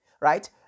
right